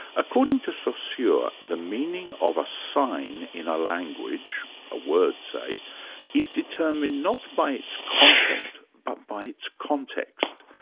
according to so so saussure, the meaning of a sign in a language a word, say is determined not by its content but by its context.